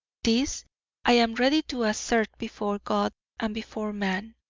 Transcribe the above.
this i am ready to assert before god and before man!